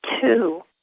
two